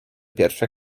pierwsze